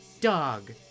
Dog